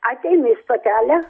ateinu į stotelę